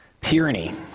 tyranny